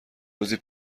روزی